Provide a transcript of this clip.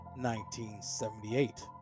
1978